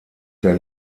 der